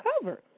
cover